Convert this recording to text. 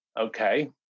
Okay